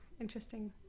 interesting